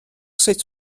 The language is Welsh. sut